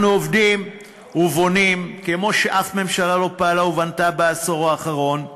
אנחנו עובדים ובונים כמו שאף ממשלה לא פעלה ובנתה בעשור האחרון.